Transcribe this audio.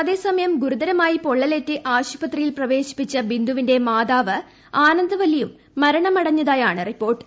അതേസമയം ഗുരുതരമായി പൊള്ളലേറ്റ് ആശുപത്രിയിൽ പ്രവേശിപ്പിച്ച ബിന്ദുവിന്റെ മാതാവ് ആനന്ദവ ല്ലിയും മരണമടഞ്ഞതായാണ് റിപ്പോർട്ട്